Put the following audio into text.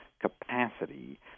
capacity